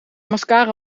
mascara